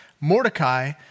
Mordecai